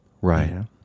Right